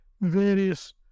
various